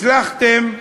הצלחתם להנציח,